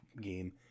game